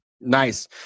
Nice